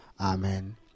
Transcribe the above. Amen